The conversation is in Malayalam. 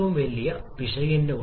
അടുത്തത് വിഘടനത്തിന്റെ ഫലമാണ്